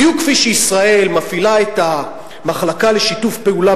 בדיוק כפי שישראל מפעילה את המחלקה לשיתוף פעולה